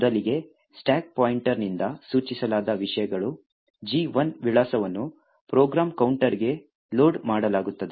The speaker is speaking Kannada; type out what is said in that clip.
ಮೊದಲಿಗೆ ಸ್ಟಾಕ್ ಪಾಯಿಂಟರ್ನಿಂದ ಸೂಚಿಸಲಾದ ವಿಷಯಗಳು G 1 ವಿಳಾಸವನ್ನು ಪ್ರೋಗ್ರಾಂ ಕೌಂಟರ್ಗೆ ಲೋಡ್ ಮಾಡಲಾಗುತ್ತದೆ